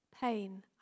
pain